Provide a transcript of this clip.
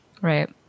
Right